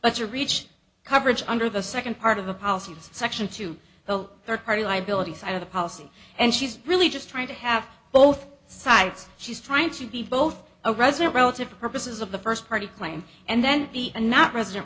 but your reach coverage under the second part of the policies section two the third party liability side of the policy and she's really just trying to have both sides she's trying to be both a resident relative for purposes of the first party claim and then the and not resident